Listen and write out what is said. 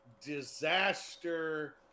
disaster